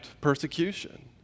persecution